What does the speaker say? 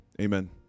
Amen